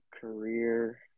career